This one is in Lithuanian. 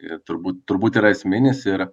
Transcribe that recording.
ir turbūt turbūt yra esminis ir